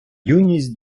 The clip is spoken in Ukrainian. юність